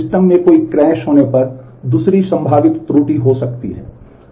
system में कोई crash होने पर दूसरी संभावित त्रुटि हो सकती है